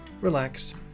relax